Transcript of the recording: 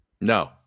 No